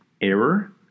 error